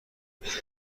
میشد